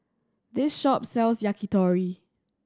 this shop sells Yakitori